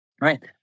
Right